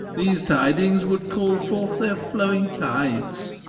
these tidings would call forth her flowing tides